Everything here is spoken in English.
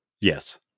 Yes